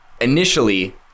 initially